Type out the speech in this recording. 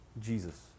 Jesus